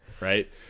Right